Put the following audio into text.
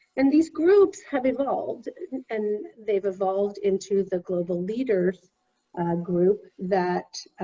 and these groups have evolved and they've evolved into the global leader group, that